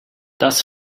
das